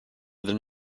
than